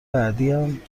بعدیم